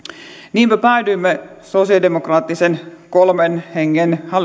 niinpä päädyimme sosialidemokraattien kolmen hengen